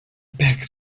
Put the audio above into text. back